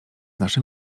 nasze